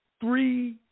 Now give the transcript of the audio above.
three